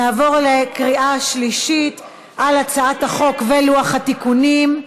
נעבור להצבעה בקריאה שלישית על הצעת החוק ולוח התיקונים.